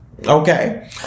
Okay